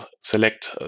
select